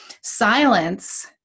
silence